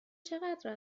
چقدر